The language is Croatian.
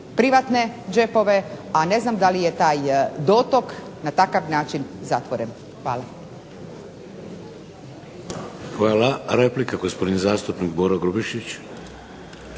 privatne džepove. A ne znam da li je taj dotok na takav način zatvoren. Hvala.